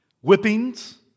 Whippings